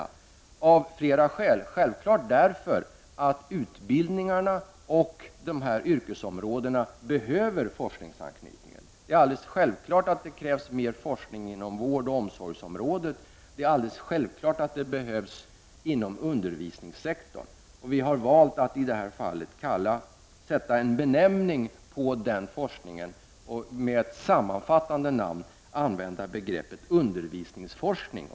Det gör vi av flera skäl — självfallet därför att utbildningarna och yrkesområdena behöver forskningsanknytning. Självfallet behövs mer forskning inom vårdoch omsorgsområdet; det är självklart att detta också behövs inom undervisningssektorn. Vi har valt att sätta en benämning på forskningen och med ett sammanfattande namn använda ordet undervisningsforskning.